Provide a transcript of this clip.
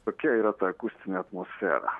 tokia yra ta akustinė atmosfera